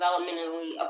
developmentally